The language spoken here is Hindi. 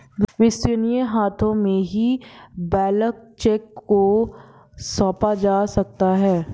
विश्वसनीय हाथों में ही ब्लैंक चेक को सौंपा जा सकता है